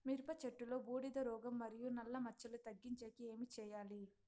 మిరప చెట్టులో బూడిద రోగం మరియు నల్ల మచ్చలు తగ్గించేకి ఏమి చేయాలి?